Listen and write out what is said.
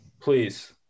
please